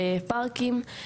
בפארקים,